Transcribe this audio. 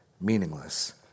meaningless